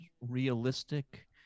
realistic